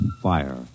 fire